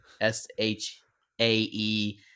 s-h-a-e